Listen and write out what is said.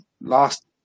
last